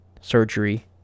surgery